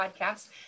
podcast